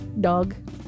dog